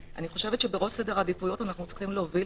בראש סדר העדיפויות אנחנו צריכים להוביל